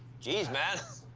jeez, man.